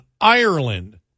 Ireland